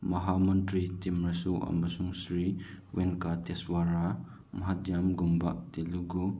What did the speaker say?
ꯃꯍꯥꯃꯟꯇ꯭ꯔꯤ ꯇꯤꯝꯅꯁꯨ ꯑꯃꯁꯨꯡ ꯁ꯭ꯔꯤ ꯋꯤꯟꯀꯥꯔꯇꯦꯁ꯭ꯋꯥꯔꯥ ꯃꯍꯥꯗꯤꯌꯝꯒꯨꯝꯕ ꯇꯦꯂꯨꯒꯨ